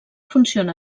funciona